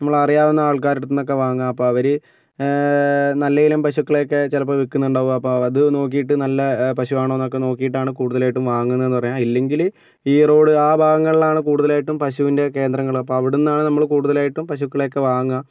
നമ്മൾ അറിയാവുന്ന ആൾക്കാരുടെ അടുത്തു നിന്നൊക്കെ വാങ്ങുക അപ്പോൾ അവർ നല്ലയിനം പശുക്കളെ ഒക്കെ ചിലപ്പോൾ വിൽക്കുന്നുണ്ടാകും അപ്പോൾ അത് നോക്കിയിട്ട് നല്ല പശുവാണോ എന്നൊക്കെ നോക്കിയിട്ടാണ് കൂടുതലായിട്ടും വാങ്ങുന്നത് എന്ന് പറയുക ഇല്ലെങ്കിൽ ഈറോഡ് ആ ഭാഗങ്ങളിലാണ് കൂടുതലായിട്ടും പശുവിന്റെ കേന്ദ്രങ്ങൾ അപ്പോൾ അവിടെ നിന്നാണ് നമ്മൾ കൂടുതലായിട്ടും പശുക്കളെ ഒക്കെ വാങ്ങുക